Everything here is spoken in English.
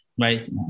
right